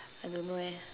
I don't know leh